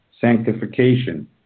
sanctification